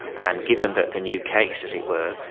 and given that the new case, as it were,